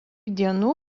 dienų